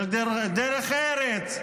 של דרך ארץ,